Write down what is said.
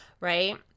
right